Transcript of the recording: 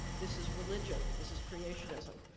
this is religion. this is creationism.